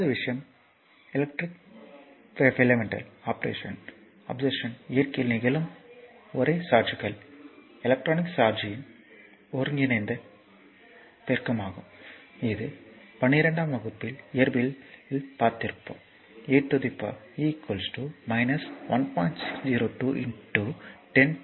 இரண்டாவது விஷயம் experimental observation படி இயற்கையில் நிகழும் ஒரே சார்ஜ்கள் எலக்ட்ரானிக் சார்ஜ்யின் ஒருங்கிணைந்த பெருக்கங்களாகும் இது 12 ஆம் வகுப்பு இயற்பியலிலிருந்தும் தெரியும் e 1